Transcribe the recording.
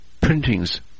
printings